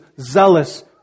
zealous